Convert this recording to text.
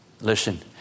Listen